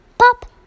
Pop